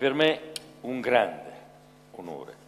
כבוד נשיא מדינת ישראל,